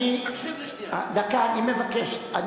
אני מבקש.